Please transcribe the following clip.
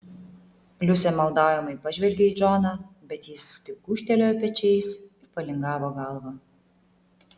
liusė maldaujamai pažvelgė į džoną bet jis tik gūžtelėjo pečiais ir palingavo galvą